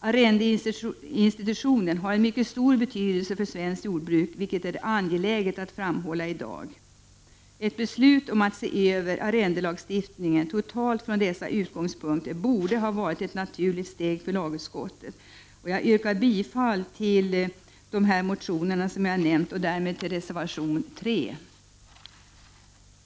Arrendeinstitutionen har en mycket stor betydelse för svenskt jordbruk, vilket är angeläget att framhålla i dag. Ett beslut om en översyn av arrendelagstiftningen totalt sett från dessa utgångspunkter borde ha varit ett naturligt steg för lagutskottet. Jag yrkar bifall till nämnda motioner och därmed också till reservation 3.